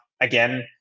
again